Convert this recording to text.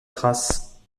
trace